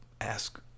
ask